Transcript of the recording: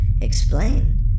explain